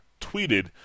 tweeted